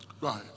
Right